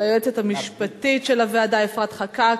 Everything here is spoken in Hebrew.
ליועצת המשפטית של הוועדה אפרת חקאק,